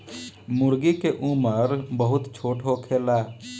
मूर्गी के उम्र बहुत छोट होखेला